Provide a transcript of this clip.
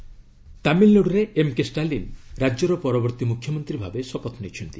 Stalin sworn in ତାମିଲନାଡ଼ୁରେ M K Stalin ରାଜ୍ୟର ପରବର୍ତ୍ତୀ ମୁଖ୍ୟମନ୍ତ୍ରୀ ଭାବେ ଶପଥ ନେଇଛନ୍ତି